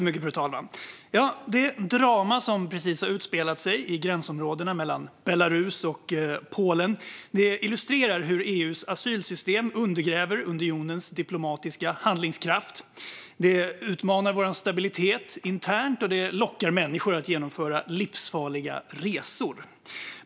Fru talman! Det drama som precis har utspelat sig i gränsområdet mellan Belarus och Polen illustrerar hur EU:s asylsystem undergräver unionens diplomatiska handlingskraft. Det utmanar vår interna stabilitet, och det lockar människor att genomföra livsfarliga resor.